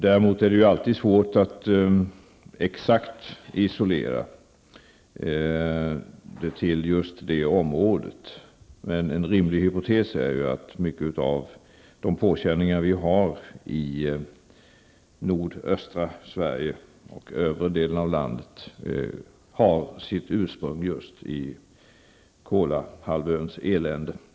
Däremot är det alltid svårt att exakt isolera dem till just det området. En rimlig hypotes är dock att mycket av de påkänningar som vi har i nordöstra och norra Sverige har sitt ursprung just i Kolahalvöns elände.